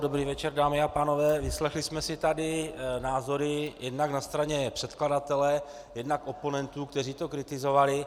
Dobrý večer, dámy a pánové, vyslechli jsme si tady názory jednak na straně předkladatele, jednak oponentů, kteří to kritizovali.